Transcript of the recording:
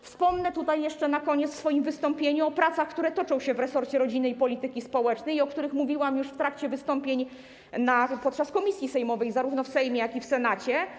Wspomnę jeszcze na koniec w swoim wystąpieniu o pracach, które toczą się w resorcie rodziny i polityki społecznej, o których mówiłam już w trakcie wystąpień na posiedzeniach komisji zarówno w Sejmie, jak i w Senacie.